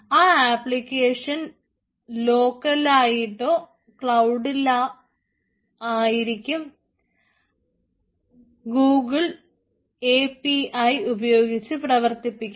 ആ ആപ്ലിക്കേഷൻ ലോക്കലായിട്ടോ ക്ലൌഡിലോ ആയിരിക്കും ഗൂഗുൾ എ പി ഐ ഉപയോഗിച്ച് പ്രവർത്തിപ്പിക്കുന്നത്